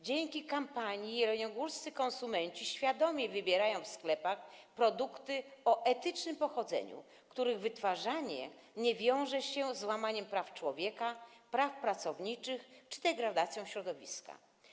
Dzięki kampanii jeleniogórscy konsumenci świadomiej wybierają w sklepach produkty o etycznym pochodzeniu, których wytwarzanie nie wiąże się z łamaniem praw człowieka, praw pracowniczych czy degradacją środowiska.